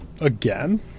Again